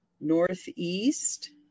Northeast